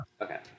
okay